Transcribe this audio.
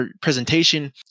presentation